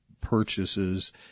purchases